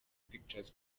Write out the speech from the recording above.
pictures